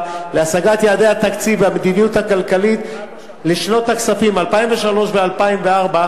להשגת יעדי התקציב והמדיניות הכלכלית לשנות הכספים 2003 ו-2004),